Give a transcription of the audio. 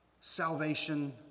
salvation